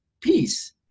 peace